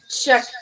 Check